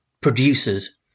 producers